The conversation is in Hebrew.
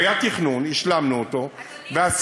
כי היה תכנון, השלמנו אותו ועשינו.